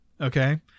okay